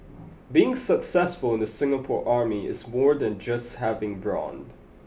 being successful in the Singapore Army is more than just having brawn